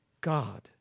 God